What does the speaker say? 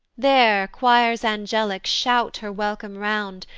there choirs angelic shout her welcome round,